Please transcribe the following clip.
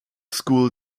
school